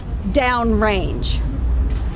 downrange